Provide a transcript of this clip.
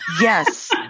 Yes